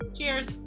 Cheers